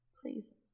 Please